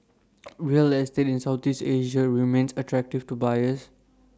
real estate in Southeast Asia remains attractive to buyers